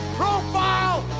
profile